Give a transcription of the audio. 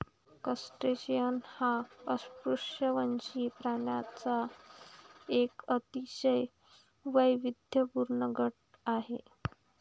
crustacean हा अपृष्ठवंशी प्राण्यांचा एक अतिशय वैविध्यपूर्ण गट आहे